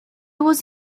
was